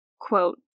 quote